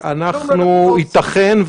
אנחנו ייתכן,